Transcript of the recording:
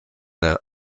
der